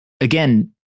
Again